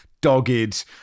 dogged